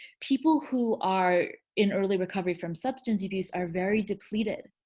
people who are in early recovery from substance abuse are very depleted.